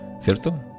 ¿cierto